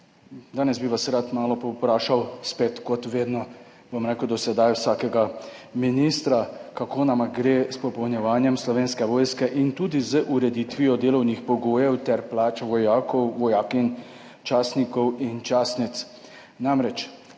Danes bi vas spet rad malo povprašal, kot vedno do sedaj vsakega ministra, kako nam gre s popolnjevanjem Slovenske vojske in tudi z ureditvijo delovnih pogojev ter plač vojakov, vojakinj, častnikov in častnic. Namreč,